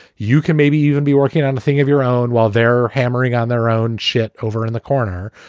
you can maybe even be working on the thing of your own while they're hammering on their own shit over in the corner.